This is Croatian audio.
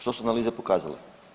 Što su analize pokazale?